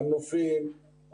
מנופים,